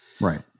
Right